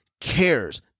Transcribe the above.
cares